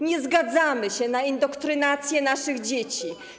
Nie zgadzamy się na indoktrynację naszych dzieci.